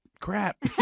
crap